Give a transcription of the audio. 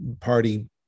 party